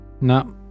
No